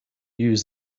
use